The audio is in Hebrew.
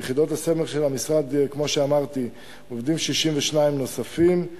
כמו שאמרתי, עובדים 62 נוספים: